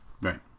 right